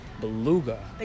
beluga